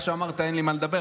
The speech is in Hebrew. איך שאמרת שאין לי מה לדבר,